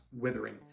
withering